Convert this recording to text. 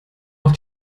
auf